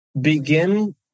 begin